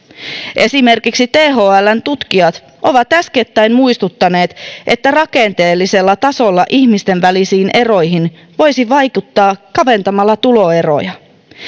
esimerkiksi thln tutkijat ovat äskettäin muistuttaneet että rakenteellisella tasolla ihmisten välisiin eroihin voisi vaikuttaa kaventamalla tuloeroja